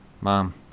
Mom